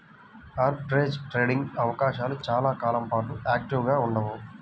arbitrage trading అవకాశాలు చాలా కాలం పాటు యాక్టివ్గా ఉండవు